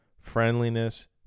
Friendliness